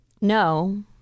No